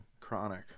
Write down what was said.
Chronic